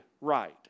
right